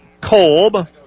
Kolb